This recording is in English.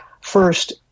first